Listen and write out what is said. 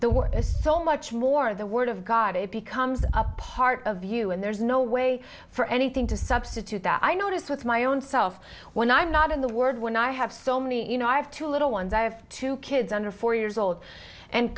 is so much more of the word of god it becomes a part of you and there's no way for anything to substitute that i noticed with my own self when i'm not in the word when i have so many you know i have two little ones i have two kids under four years old and